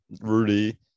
rudy